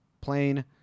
plane